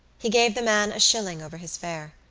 he gave the man a shilling over his fare.